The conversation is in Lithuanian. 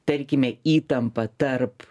tarkime įtampa tarp